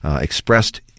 expressed